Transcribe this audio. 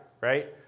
right